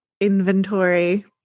inventory